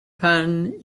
pan